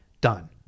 done